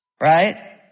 Right